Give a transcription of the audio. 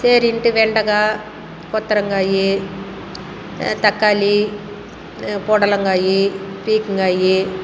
சரின்ட்டு வெண்டக்காய் கொத்தரங்காய் தக்காளி பொடலங்காய் பீக்கங்காய்